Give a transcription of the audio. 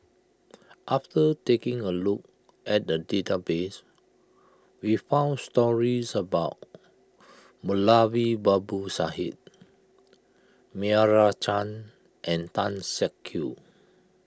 after taking a look at the database we found stories about Moulavi Babu Sahib Meira Chand and Tan Siak Kew